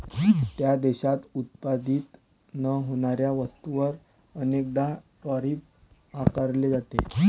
त्या देशात उत्पादित न होणाऱ्या वस्तूंवर अनेकदा टैरिफ आकारले जाते